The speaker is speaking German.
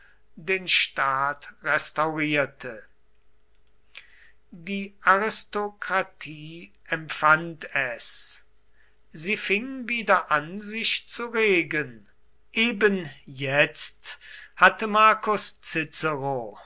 den staat restaurierte die aristokratie empfand es sie fing wieder an sich zu regen eben jetzt hatte marcus